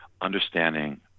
understanding